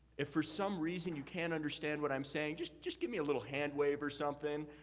if for some reason, you can't understand what i'm saying, just just give me a little hand waive or something.